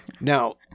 Now